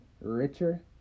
richer